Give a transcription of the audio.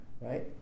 right